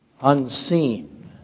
unseen